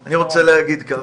אני רוצה להגיד כך.